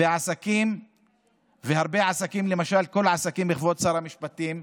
והרבה עסקים, למשל, כבוד שר המשפטים,